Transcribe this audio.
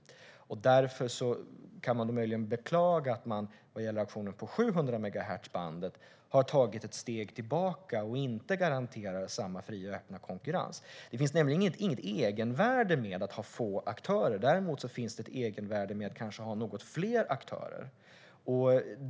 Därför kan man möjligen beklaga att det vad gäller auktionen av 700-megahertzbandet har tagits ett steg tillbaka och att det inte garanteras samma fria och öppna konkurrens. Det finns nämligen inget egenvärde i att ha få aktörer. Däremot finns det ett egenvärde i att kanske ha något fler aktörer.